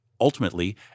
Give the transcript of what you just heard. Ultimately